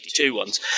ones